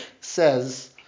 says